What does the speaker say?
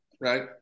right